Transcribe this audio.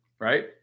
right